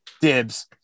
dibs